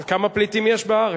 אז כמה פליטים יש בארץ?